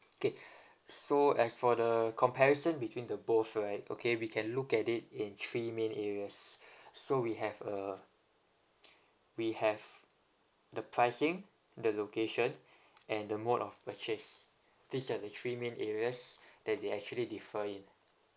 okay so as for the comparison between the both right okay we can look at it in three main areas so we have uh we have the pricing the location and the mode of purchase these are the three main areas that they actually referring